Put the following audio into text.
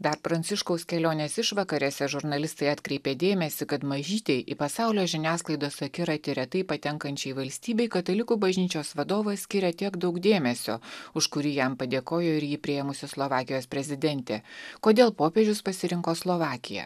dar pranciškaus kelionės išvakarėse žurnalistai atkreipė dėmesį kad mažytei į pasaulio žiniasklaidos akiratį retai patenkančiai valstybei katalikų bažnyčios vadovas skiria tiek daug dėmesio už kurį jam padėkojo ir jį priėmusi slovakijos prezidentė kodėl popiežius pasirinko slovakiją